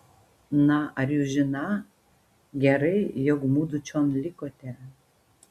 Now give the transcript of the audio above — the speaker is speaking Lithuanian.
na ar jūs žiną gerai jog mudu čion likote